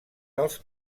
dels